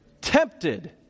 Tempted